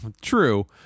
true